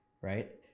right